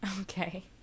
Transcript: Okay